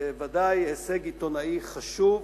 זה ודאי הישג עיתונאי חשוב.